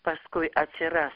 paskui atsiras